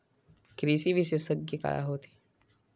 कृषि विशेषज्ञ का होथे?